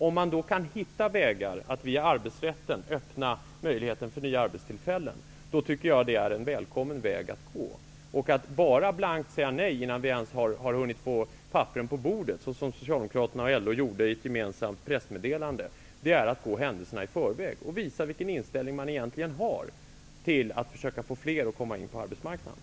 Kan man då via arbetsrätten hitta vägar att öppna möjligheter för nya arbetstillfällen, tycker jag att det är en välkommen väg att gå. Att bara blankt säga nej innan vi ens har hunnit få papperen på bordet, som socialdemokraterna och LO gjorde i ett gemensamt pressmeddelande, är att gå händelserna i förväg och visa vilken inställning man egentligen har till att försöka få fler att komma in på arbetsmarknaden.